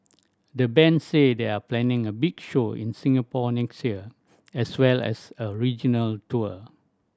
the band say they are planning a big show in Singapore next year as well as a regional tour